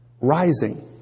rising